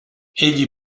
egli